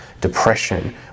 Depression